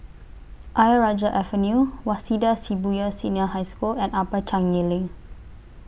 Ayer Rajah Avenue Waseda Shibuya Senior High School and Upper Changi LINK